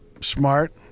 smart